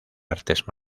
artes